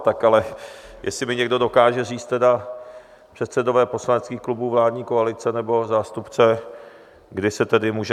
Tak ale jestli mi někdo dokáže říct, předsedové poslaneckých klubů vládní koalice nebo zástupce, kdy se tedy může...